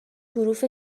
حروف